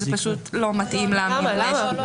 זה פשוט לא מתאים -- לא, לא.